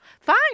Fine